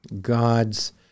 God's